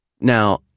Now